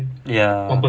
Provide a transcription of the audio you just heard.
ya